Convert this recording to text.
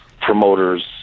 promoters